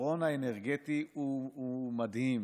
היתרון האנרגטי מדהים.